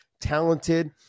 talented